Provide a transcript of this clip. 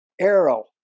arrow